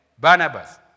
Barnabas